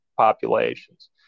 populations